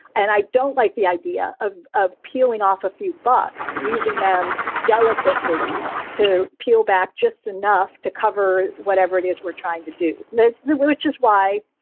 and i don't like the idea of of peeling off a few bucks, using them delicately to peel back just enough to cover whatever it is we're trying to do. that's the way which is why.